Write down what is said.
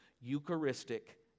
Eucharistic